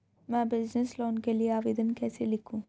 मैं business loan के लिए आवेदन कैसे लिखूँ?